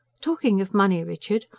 talking of money, richard,